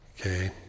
Okay